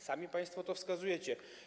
Sami państwo to wskazujecie.